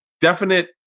definite